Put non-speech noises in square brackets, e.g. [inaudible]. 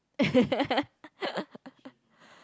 [laughs]